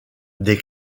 des